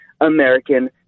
American